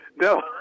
No